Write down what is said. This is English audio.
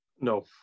No